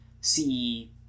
see